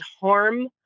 harm